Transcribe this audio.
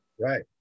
Right